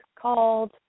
called